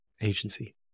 agency